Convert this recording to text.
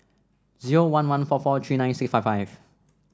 zero one one four four three nine six five five